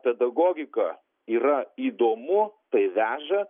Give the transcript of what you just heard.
pedagogika yra įdomu tai veža